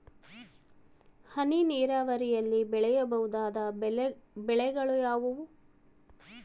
ಹನಿ ನೇರಾವರಿಯಲ್ಲಿ ಬೆಳೆಯಬಹುದಾದ ಬೆಳೆಗಳು ಯಾವುವು?